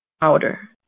powder